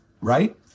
right